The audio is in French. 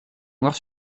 noires